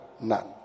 none